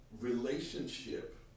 relationship